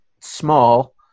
small